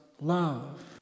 love